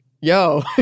yo